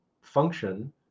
function